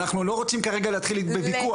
אנחנו לא רוצים כרגע להתחיל בוויכוח.